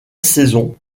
saison